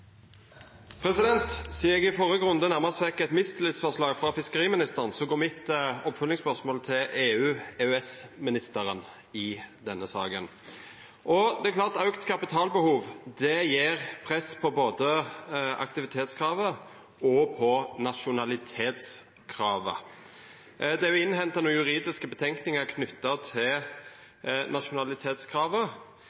i førre runde nærmast fekk eit mistillitsforslag frå fiskeriministeren, går mitt oppfølgingsspørsmål til EØS- og EU-ministeren i denne saka. Det er klart at auka kapitalbehov gjev press både på aktivitetskravet og på nasjonalitetskravet. Det er jo innhenta nokre juridiske vurderingar knytte til